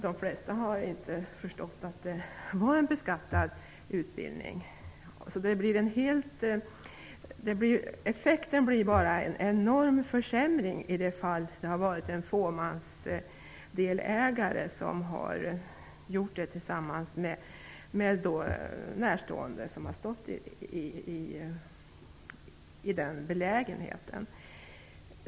De flesta har nog inte förstått att denna utbildning har varit beskattad! Effekten blir bara en enorm försämring. Det finns fall där en delägare i ett fåmansföretag har haft närstående i denna belägenhet.